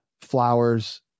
Flowers